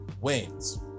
wins